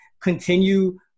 continue